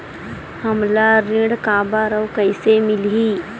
हमला ऋण काबर अउ कइसे मिलही?